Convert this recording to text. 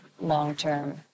long-term